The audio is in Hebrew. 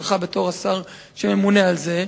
שלך בתור השר שממונה על זה,